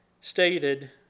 stated